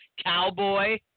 Cowboy